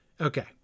Okay